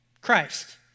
Christ